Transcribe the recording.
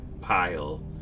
pile